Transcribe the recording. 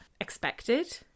expected